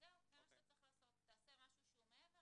תעשה משהו שהוא מעבר